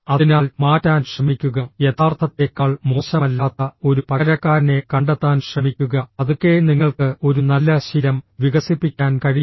അതിനാൽ മാറ്റാൻ ശ്രമിക്കുക യഥാർത്ഥത്തേക്കാൾ മോശമല്ലാത്ത ഒരു പകരക്കാരനെ കണ്ടെത്താൻ ശ്രമിക്കുക പതുക്കെ നിങ്ങൾക്ക് ഒരു നല്ല ശീലം വികസിപ്പിക്കാൻ കഴിയും